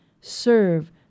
serve